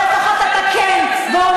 זה בסדר.